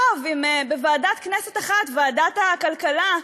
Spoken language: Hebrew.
טוב, אם בוועדת כנסת אחת, ועדת הכלכלה,